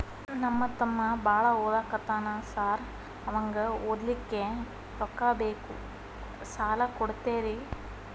ನಮ್ಮ ತಮ್ಮ ಬಾಳ ಓದಾಕತ್ತನ ಸಾರ್ ಅವಂಗ ಓದ್ಲಿಕ್ಕೆ ರೊಕ್ಕ ಬೇಕು ಸಾಲ ಕೊಡ್ತೇರಿ?